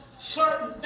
certain